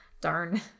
Darn